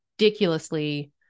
ridiculously